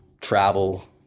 travel